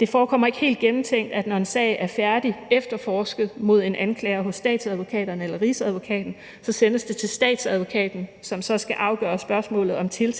Det forekommer ikke helt gennemtænkt, at når en sag er færdigefterforsket mod en anklager hos Statsadvokaten eller Rigsadvokaten, sendes det til Statsadvokaten, som så skal afgøre spørgsmålet om tiltalerejsning